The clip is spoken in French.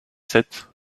sept